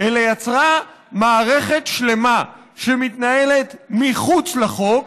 אלא יצרה מערכת שלמה שמתנהלת מחוץ לחוק